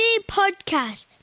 Podcast